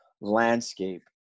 landscape